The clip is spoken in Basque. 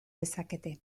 dezakete